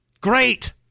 Great